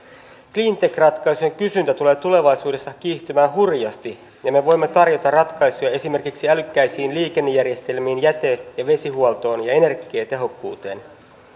cleantech ratkaisujen kysyntä tulee tulevaisuudessa kiihtymään hurjasti ja me voimme tarjota ratkaisuja esimerkiksi älykkäisiin liikennejärjestelmiin jäte ja vesihuoltoon ja energiatehokkuuteen